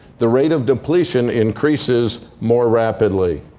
the rate of depletion increases more rapidly.